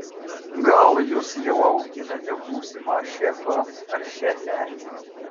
gal jūs jau auginate būsimą šefą ar šefę